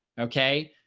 okay?